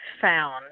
found